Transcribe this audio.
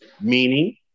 meaning